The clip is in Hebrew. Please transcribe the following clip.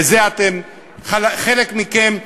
בזה חלק מכם שותפים,